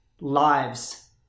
lives